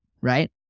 right